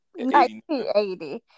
1980